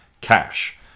cash